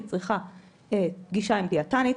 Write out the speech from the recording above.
היא צריכה פגישה עם דיאטנית,